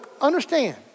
understand